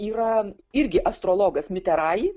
yra irgi astrologas miteraj